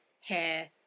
hair